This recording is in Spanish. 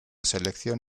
selección